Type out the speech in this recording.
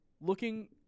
Looking